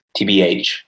TBH